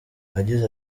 yagize